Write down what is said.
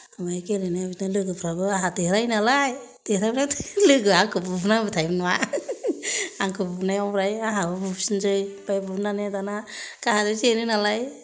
ओम्फाय गेलेनायाव बिदिनो लोगोफ्राबो आंहा देरहायो नालाय देरहायोब्ला थिग लोगोआ आंखौ बुना होबाय थायोमोन मा आंखौ बुनायाव ओमफ्राय आंहाबो बुफिनसै ओमफ्राय बुनानै दाना गावहाथ' जेनो नालाय